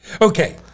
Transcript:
Okay